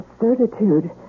certitude